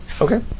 Okay